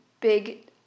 big